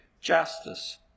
justice